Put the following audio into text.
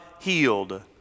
healed